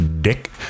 dick